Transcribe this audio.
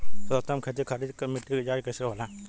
सर्वोत्तम खेती खातिर मिट्टी के जाँच कईसे होला?